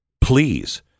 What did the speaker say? please